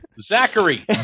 Zachary